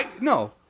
no